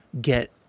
get